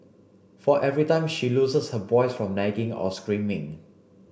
for every time she loses her voice from nagging or screaming